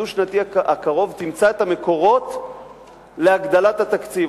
הדו-שנתי הקרוב את המקורות להגדלת התקציב.